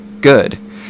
good